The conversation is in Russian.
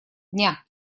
дня